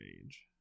age